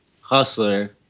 hustler